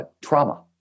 trauma